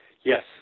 Yes